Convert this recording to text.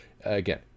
again